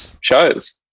shows